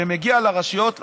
שמגיע לרשויות לבחירות.